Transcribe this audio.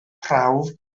prawf